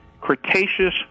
Cretaceous